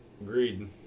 Agreed